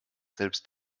selbst